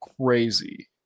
crazy